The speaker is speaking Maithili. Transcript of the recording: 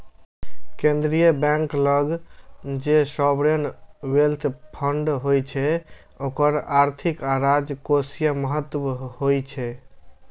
केंद्रीय बैंक लग जे सॉवरेन वेल्थ फंड होइ छै ओकर आर्थिक आ राजकोषीय महत्व होइ छै